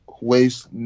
waste